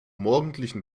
morgendlichen